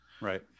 right